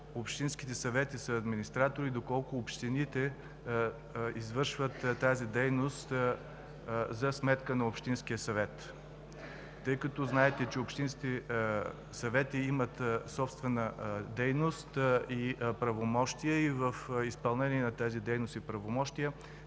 общинските съвети са администратори, доколко общините извършват тази дейност за сметка на общинския съвет. Тъй като знаете, че общинските съвети имат собствена дейност и правомощия, в изпълнение на тези си дейности и правомощия